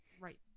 right